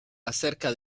acerca